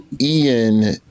Ian